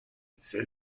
ces